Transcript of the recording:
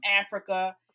Africa